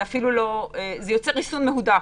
אני שוב מחדד,